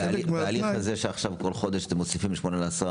תהליך כזה שבו בכל חודש אתם מוסיפים בין שמונה לעשרה